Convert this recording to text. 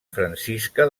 francisca